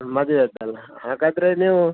ಮದುವೆ ಆಯಿತಲ್ಲ ಹಾಗಾದರೆ ನೀವು